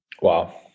Wow